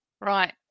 Right